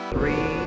Three